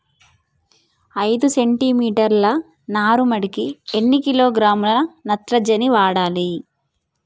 ఐదు సెంటిమీటర్ల నారుమడికి ఎన్ని కిలోగ్రాముల నత్రజని వాడాలి?